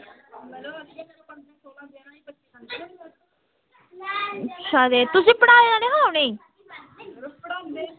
अच्छा ते तुसें पढ़ाया निहां उनेंगी